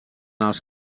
els